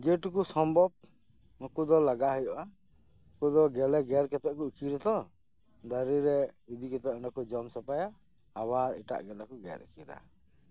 ᱡᱮᱴᱩᱠᱩ ᱥᱚᱢᱵᱷᱚᱵ ᱱᱩᱠᱩ ᱫᱚ ᱞᱟᱜᱟ ᱦᱩᱭᱩᱜᱼᱟ ᱱᱩᱠᱩ ᱫᱚ ᱜᱮᱞᱮ ᱜᱮᱨ ᱠᱟᱛᱮ ᱠᱚ ᱟᱹᱛᱠᱤᱨᱟ ᱛᱚ ᱫᱟᱨᱮ ᱨᱮ ᱤᱫᱤ ᱠᱟᱛᱮ ᱚᱸᱰᱮ ᱠᱚ ᱡᱚᱢ ᱥᱟᱯᱷᱟᱭᱟ ᱟᱵᱟᱨ ᱮᱴᱟᱜ ᱜᱮᱞᱮ ᱠᱚ ᱜᱮᱨ ᱟᱹᱛᱠᱤᱨᱟ